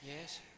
Yes